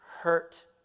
hurt